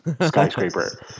skyscraper